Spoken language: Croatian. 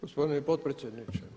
Gospodine potpredsjedniče.